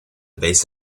base